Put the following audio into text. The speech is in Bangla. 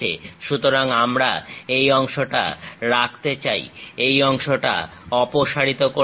সুতরাং আমরা এই অংশটা রাখতে চাই এই অংশটা অপসারিত করতে চাই